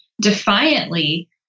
defiantly